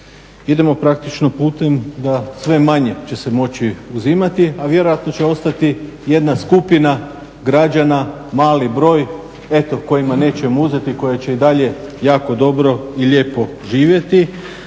Idemo praktično putem da sve manje će se moći uzimati a vjerojatno će ostati jedna skupina građana mali broj eto kojima nećemo uzeti, koja će i dalje jako dobro i lijepo živjeti.